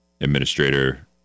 administrator